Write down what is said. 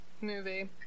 movie